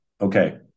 Okay